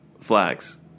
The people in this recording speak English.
flags